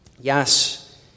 Yes